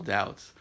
Doubts